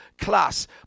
class